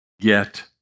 get